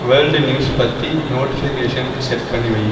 world news பற்றி notification set பண்ணி வை